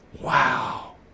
Wow